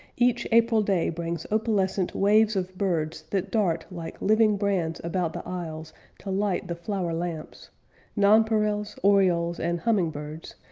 each april day brings opalescent waves of birds that dart like living brands about the aisles to light the flower lamps nonpareils, orioles, and hummingbirds,